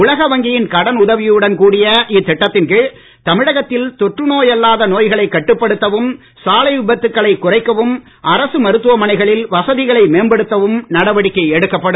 உலக வங்கியின் கடன் உதவியுடன் கூடிய இத்திட்டத்தின் கீழ் தமிழகத்தில் தொற்று நோய் அல்லாத நோய்களை கட்டுப்படுத்தவும் சாலை விபத்துகளை குறைக்கவும் அரசு மருத்துவ மனைகளில் வசதிகளை மேம்படுத்தவும் நடவடிக்கை எடுக்கப்படும்